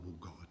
God